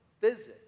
physics